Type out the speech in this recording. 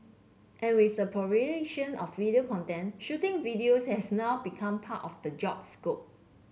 and with the of video content shooting videos has now become part of the job scope